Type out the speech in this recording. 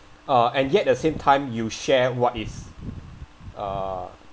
uh and yet the same time you share what is uh